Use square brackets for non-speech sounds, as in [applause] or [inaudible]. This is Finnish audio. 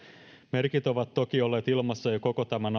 merkit ovat toki olleet ilmassa jo koko tämän [unintelligible]